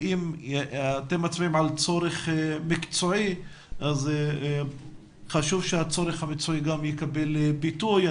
ואם אתם מצביעים על צורך מקצועי אז חשוב שהצורך המקצועי גם יקבל ביטוי.